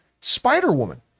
Spider-Woman